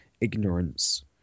ignorance